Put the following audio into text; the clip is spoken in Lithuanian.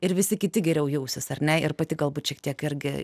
ir visi kiti geriau jausis ar ne ir pati galbūt šiek tiek irgi